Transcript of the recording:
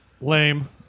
Lame